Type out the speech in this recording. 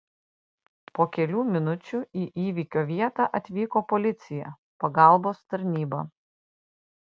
po kelių minučių į įvykio vietą atvyko policija pagalbos tarnyba